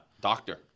Doctor